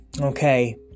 Okay